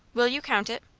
will you count it?